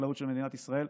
בחקלאות של מדינת ישראל.